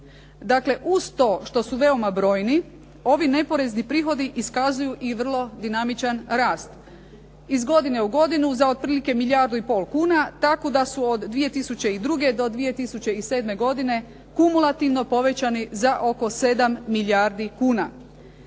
Dakle, uz to što su veoma brojni ovi neporezni prihodi iskazuju i vrlo dinamičan rast. Iz godine u godinu za otprilike milijardu i pol kuna, tako da su od 2002. do 2007. godine kumulativno povećani za oko 7 milijardi kuna.